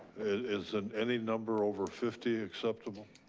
is and any number over fifty acceptable?